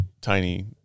tiny